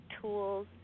tools